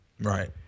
Right